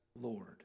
Lord